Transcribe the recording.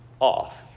off